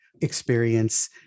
experience